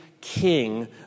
king